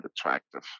attractive